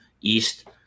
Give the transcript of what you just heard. East